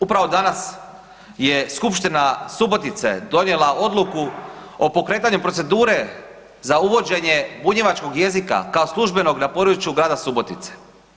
Upravo danas je skupština Subotice donijela odluku o pokretanju procedure za uvođenje bunjevačkog jezika kao službenog na području grada Subotice.